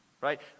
right